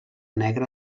negra